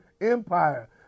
empire